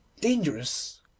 dangerous